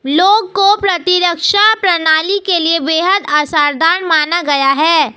लौंग को प्रतिरक्षा प्रणाली के लिए बेहद असरदार माना गया है